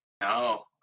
No